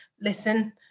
listen